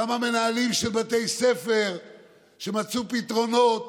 כמה מנהלים של בתי ספר מצאו פתרונות